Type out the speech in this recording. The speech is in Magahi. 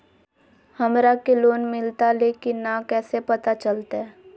हमरा के लोन मिलता ले की न कैसे पता चलते?